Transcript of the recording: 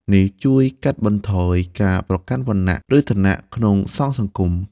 នេះជួយកាត់បន្ថយការប្រកាន់វណ្ណៈ ឬឋានៈក្នុងសង្ឃសង្គម។